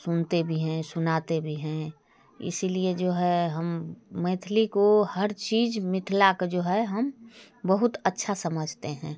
सुनते भी हैं सुनाते भी हैं इसीलिए जो है हम मैथिली को हर चीज़ मिथिला का जो है हम बहुत अच्छा समझते हैं